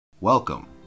Welcome